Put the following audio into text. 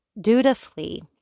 dutifully